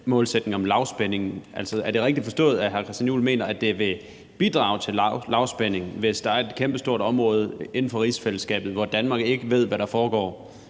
målsætningen om lavspænding. Altså, er det rigtigt forstået, at hr. Christian Juhl mener, at det vil bidrage til lavspænding, hvis der er et kæmpestort område inden for rigsfællesskabet, hvor Danmark ikke ved, hvad der foregår,